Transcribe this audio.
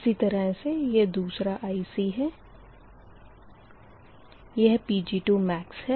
इसी तरह से यह दूसरा IC है यह Pg2max है और यह Pg2min है